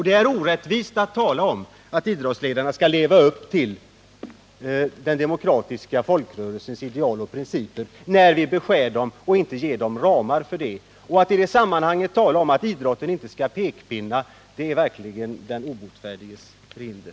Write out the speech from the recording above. Det är orättvist att tala om att idrottsledarna skall leva upp till den demokratiska folkrörelsens ideal och principer när vi beskär deras ekonomiska möjligheter. Att i det sammanhanget tala om att man inte skall komma med pekpinnar åt idrotten är verkligen den obotfärdiges förhinder.